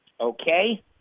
Okay